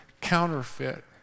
counterfeit